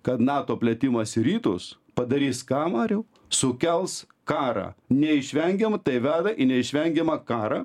kad nato plėtimas į rytus padarys ką mariau sukels karą neišvengiama tai veda į neišvengiamą karą